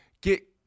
get